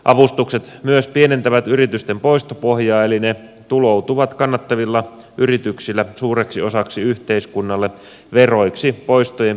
avustukset myös pienentävät yritysten poistopohjaa eli ne tuloutuvat kannattavilla yrityksillä suureksi osaksi yhteiskunnalle veroiksi poistojen pienenemisen kautta